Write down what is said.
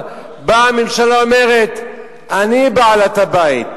ובאה הממשלה ואומרת: אני בעלת-הבית.